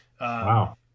Wow